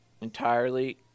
entirely